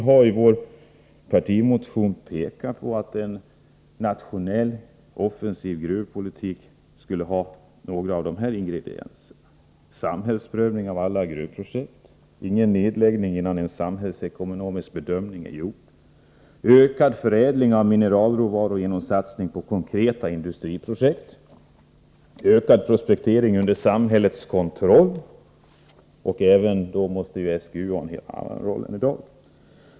I vår partimotion har vi pekat på att en nationell offensiv gruvpolitik skulle ha några av följande ingredienser. En samhällsprövning av alla gruvprojekt. Ingen nedläggning av gruvor, innan en samhällsekonomisk bedömning är gjord. Ökad förädling av mineralråvaror genom satsning på konkreta industriprojekt. Ökad prospektering under samhällets kontroll. SGU måste få spela en helt annan roll än i dag.